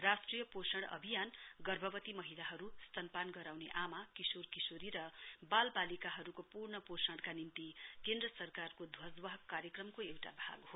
राष्ट्रिय पोषण अभियान गर्भवती महिलाहरू स्तनपान गराउने आमा किशोर किशोरी र बाल बालिकाहरूकौ पूर्ण पोषणका निम्ति केन्द्र सरकारको ध्वजवाहक कार्यक्रमको एउटा भाग हो